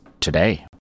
Today